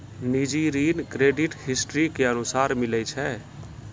निजी ऋण credit history के अनुसार मिलै छै